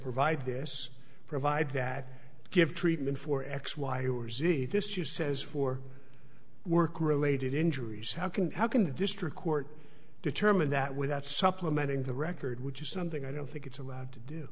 provide this provide that give treatment for x y or z this she says for work related injuries how can how can the district court determine that without supplementing the record which is something i don't think it's allowed to do